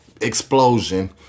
explosion